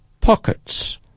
Pockets